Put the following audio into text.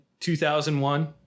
2001